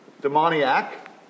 demoniac